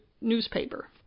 newspaper